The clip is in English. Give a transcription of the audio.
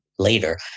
Later